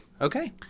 Okay